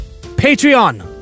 Patreon